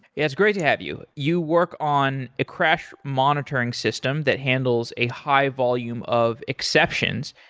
it's great to have you. you work on a crash monitoring system that handles a high volume of exceptions.